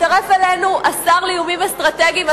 הצטרף אלינו השר לאיומים אסטרטגיים,